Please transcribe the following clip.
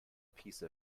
piece